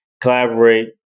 collaborate